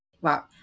Wow